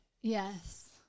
Yes